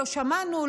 לא שמענו,